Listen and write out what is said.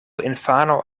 infano